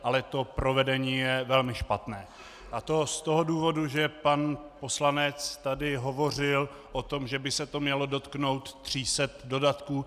Ale to provedení je velmi špatné, a to z toho důvodu, že pan poslanec tady hovořil o tom, že by se to mělo dotknout 300 dodatků.